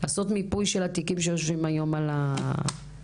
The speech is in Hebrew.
לעשות מיפוי של התיקים שיושבים היום על המדוכה.